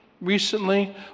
recently